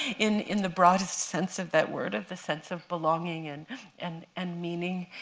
in in the broadest sense of that word, of the sense of belonging and and and meaning.